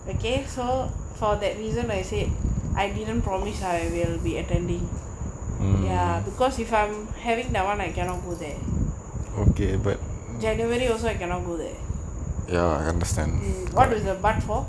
okay so for that reason I said I didn't promise I will be attending ya because if I'm having that [one] I cannot go there january also I cannot go there mm what was the but for